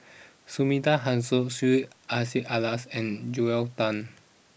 Sumida Haruzo Syed Hussein Alatas and Joel Tan